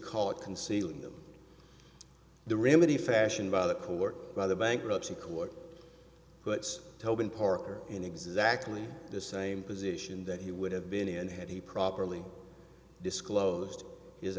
caught concealing them the remedy fashion by the court by the bankruptcy court puts tobin parker in exactly the same position that he would have been in had he properly disclosed his